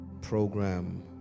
program